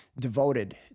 devoted